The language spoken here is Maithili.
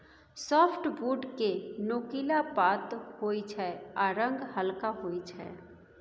साफ्टबुड केँ नोकीला पात होइ छै आ रंग हल्का होइ छै